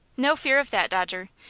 no fear of that, dodger.